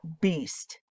beast